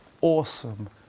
awesome